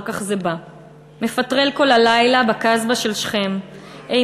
כך זה בא // מפטרל כל הלילה / בקסבה של שכם / היי,